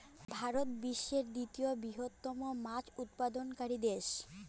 ভারত বিশ্বের তৃতীয় বৃহত্তম মাছ উৎপাদনকারী দেশ